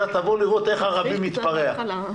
- והגענו להסכמות.